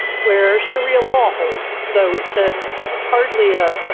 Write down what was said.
where sharia law holds. so it's a it's hardly a, a,